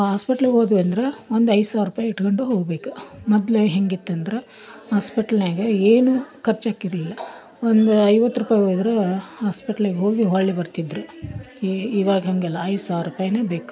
ಹಾಸ್ಪಿಟ್ಲಿಗೆ ಹೋದ್ವಿ ಅಂದ್ರೆ ಒಂದು ಐದು ಸಾವಿರ ರೂಪಾಯಿ ಇಟ್ಕೊಂಡು ಹೋಗಬೇಕು ಮೊದ್ಲು ಹೆಂಗಿತ್ತಂದ್ರೆ ಆಸ್ಪಿಟ್ಲಿನ್ಯಾಗೆ ಏನು ಖರ್ಚು ಹಾಕಿರ್ಲಿಲ್ಲ ಒಂದು ಐವತ್ತು ರೂಪಾಯಿ ಹೋದ್ರೆ ಹಾಸ್ಪಿಟ್ಲಿಗೆ ಹೋಗಿ ಬರ್ತಿದ್ದರು ಈಗ ಇವಾಗ ಹಾಗಲ್ಲ ಐದು ಸಾವಿರ ರೂಪಾಯ್ನೆ ಬೇಕು